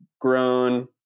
grown